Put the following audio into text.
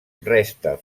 resta